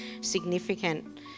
significant